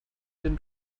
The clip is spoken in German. den